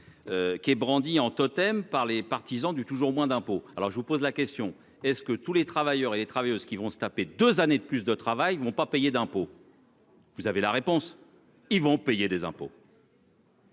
Qui est brandi en totem par les partisans du toujours moins d'impôts, alors je vous pose la question, est-ce que tous les travailleurs et les travailleuses qui vont se taper 2 années de plus de travail vont pas payer d'impôts. Vous avez la réponse. Ils vont payer des impôts.